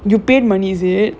you pay money is it